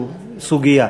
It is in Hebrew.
סוגיה.